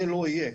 זה לא יהיה.